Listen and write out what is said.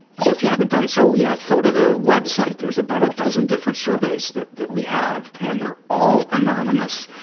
so if you haven't don't so yet, go to the web site. there's about a dozen different surveys that. that we have. and they're all anonymous.